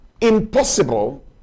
Impossible